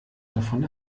davon